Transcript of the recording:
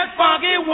funky